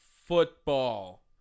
football